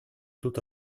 тут